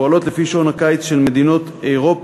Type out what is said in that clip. פועלות לפי שעון הקיץ של מדינות אירופה,